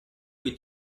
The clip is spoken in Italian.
cui